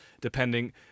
depending